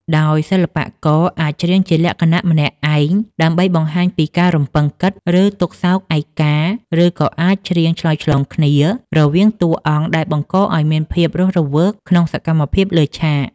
ដោយសិល្បករអាចច្រៀងជាលក្ខណៈម្នាក់ឯងដើម្បីបង្ហាញពីការរំពឹងគិត ឬទុក្ខសោកឯកា ឬក៏អាចច្រៀងឆ្លើយឆ្លងគ្នារវាងតួអង្គដែលបង្កឱ្យមានភាពរស់រវើកក្នុងសកម្មភាពលើឆាក។